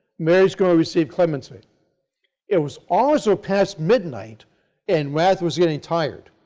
mary is going to receive clemency it was also past midnight and rath was getting tired.